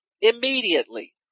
immediately